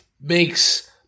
makes